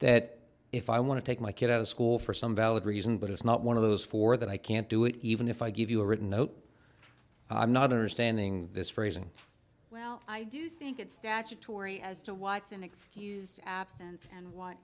that if i want to take my kid out of school for some valid reason but it's not one of those four that i can't do it even if i give you a written note i'm not understanding this phrasing well i do think it's statutory as to what's an excused absence and what